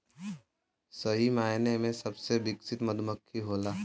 सही मायने में सबसे विकसित मधुमक्खी होला